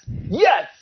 yes